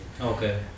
Okay